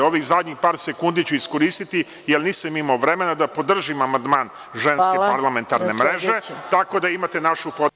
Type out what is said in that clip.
Ovih zadnjih par sekundi ću iskoristiti jer nisam imao vremena da podržim amandman ženske parlamentarne mreže, tako da imate našu podršku.